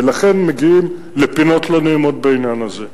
ולכן מגיעים לפינות לא נעימות בעניין הזה.